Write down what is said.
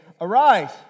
Arise